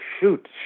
shoot